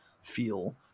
feel